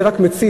זה רק מציף,